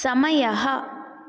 समयः